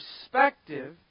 perspective